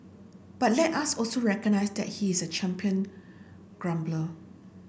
but let us also recognise that he is a champion grumbler